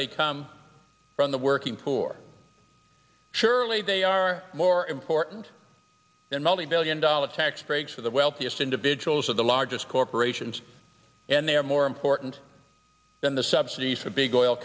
they come from the working poor surely they are more important than multi billion dollar tax breaks for the wealthiest individuals of the largest corporations and they are more important than the subsidies for big oil